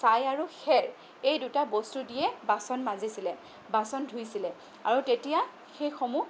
ছাই আৰু খেৰ এই দুটা বস্তু দিয়ে বাচন মাজিছিলে বাচন ধুইছিলে আৰু তেতিয়া সেইসমূহ